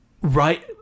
right